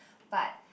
but